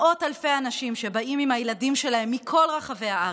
מאות אלפי אנשים שבאים עם הילדים שלהם מכל רחבי הארץ,